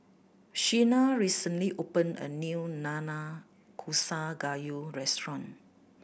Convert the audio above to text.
Shenna recently opened a new Nanakusa Gayu restaurant